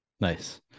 Nice